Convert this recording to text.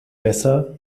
besser